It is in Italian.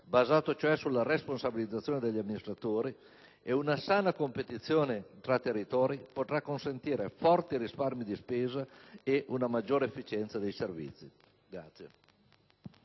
basato cioè sulla responsabilizzazione degli amministratori e una sana competizione tra territori, potrà consentire forti risparmi di spesa o una maggiore efficienza dei servizi.